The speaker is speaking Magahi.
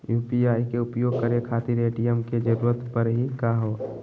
यू.पी.आई के उपयोग करे खातीर ए.टी.एम के जरुरत परेही का हो?